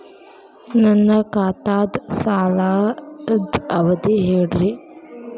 ನನ್ನ ಖಾತಾದ್ದ ಸಾಲದ್ ಅವಧಿ ಹೇಳ್ರಿ